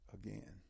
again